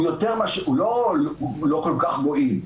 הוא לא לא כך מועיל,